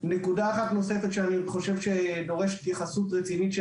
נקודה נוספת שאני חושב שדורשת התייחסות רצינית של